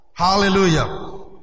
Hallelujah